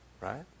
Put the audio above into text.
right